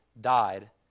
died